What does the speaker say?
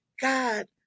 God